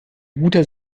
guter